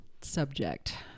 subject